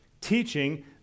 teaching